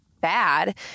bad